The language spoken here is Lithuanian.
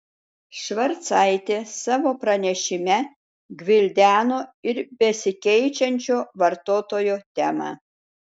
švarcaitė savo pranešime gvildeno ir besikeičiančio vartotojo temą